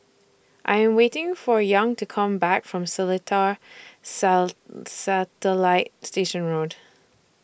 I Am waiting For Young to Come Back from Seletar Satellite Station Road